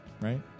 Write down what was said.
right